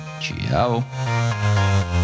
Ciao